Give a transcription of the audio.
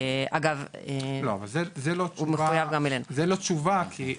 זאת לא תשובה, כי